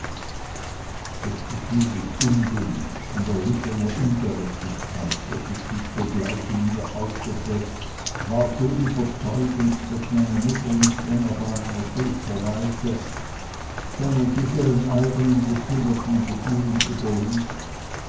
das gefühl des unwillens und erlittener ungerechtigkeit welches sich sogleich in mir äußerte war so überzeugend daß meine mutter nicht länger bei meiner schuld verweilte sondern sich ihren eigenen bekümmerten gefühlen überließ